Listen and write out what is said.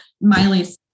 Miley